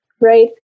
Right